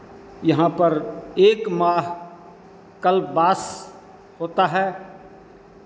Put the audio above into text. यहाँ पर एक माह कल्पवास होता है